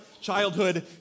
childhood